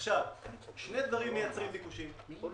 שני דברים מייצרים ביקושים: הראשון,